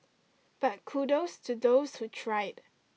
but kudos to those who tried